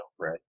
right